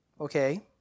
Okay